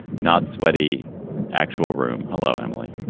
not sweaty actual room. hello, emily